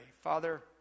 Father